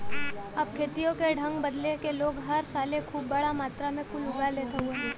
अब खेतियों के ढंग बदले से लोग हर साले खूब बड़ा मात्रा मे कुल उगा लेत हउवन